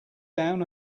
down